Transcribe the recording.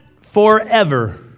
forever